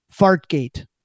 Fartgate